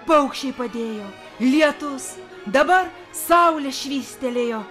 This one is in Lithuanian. paukščiai padėjo lietus dabar saulė švystelėjo